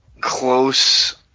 close